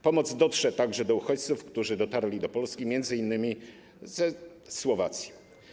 Pomoc dotrze także do uchodźców, którzy dotarli do Polski m.in. ze Słowacji.